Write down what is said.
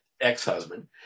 ex-husband